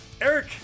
Eric